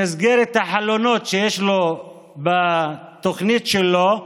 במסגרת החלונות שיש לו בתוכנית שלו,